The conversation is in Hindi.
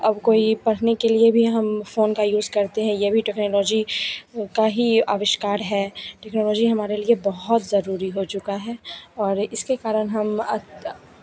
अब कोई पढ़ने के लिए भी हम फ़ोन का यूज़ करते हैं ये भी टेक्नोलॉजी का ही आविष्कार है टेक्नोलॉजी हमारे लिए बहुत ज़रूरी हो चुका है और इसके कारण हम